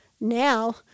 Now